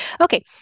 okay